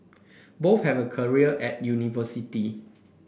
both have a career at university